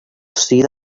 see